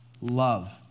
love